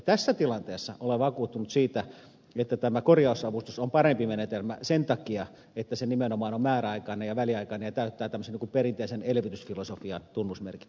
tässä tilanteessa olen vakuuttunut siitä että tämä korjausavustus on parempi menetelmä sen takia että se nimenomaan on määräaikainen ja väliaikainen ja täyttää tämmöisen perinteisen elvytysfilosofian tunnusmerkit